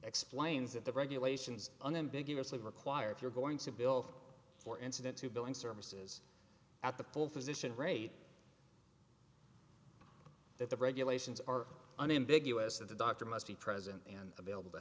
explains that the regulations unambiguous they require if you're going to bill for incident to billing services at the full physician rate that the regulations are unambiguous that the doctor must be present and available to